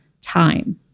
time